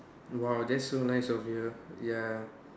!wah! that's so nice of you ya